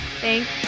thanks